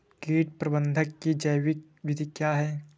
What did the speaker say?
कीट प्रबंधक की जैविक विधि क्या है?